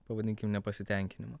pavadinkim nepasitenkinimo